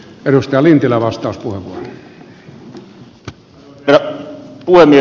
arvoisa herra puhemies